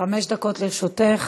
חמש דקות לרשותך.